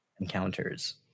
encounters